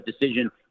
decision